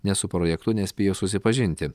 nes su projektu nespėjo susipažinti